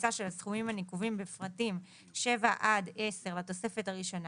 מהממוצע של הסכומים הנקובים בפרטים (7) עד (10) לתוספת הראשונה,